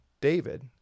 David